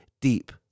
deep